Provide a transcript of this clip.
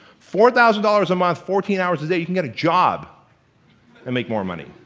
four thousand dollars a month, fourteen hours a day, you can get a job and make more money,